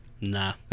nah